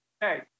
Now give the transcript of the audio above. Hey